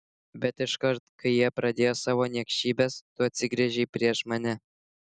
bet iškart kai jie pradėjo savo niekšybes tu atsigręžei prieš mane